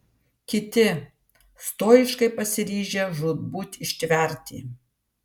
kiti stoiškai pasiryžę žūtbūt ištverti